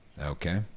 Okay